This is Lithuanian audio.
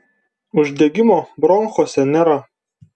uždegimo bronchuose nėra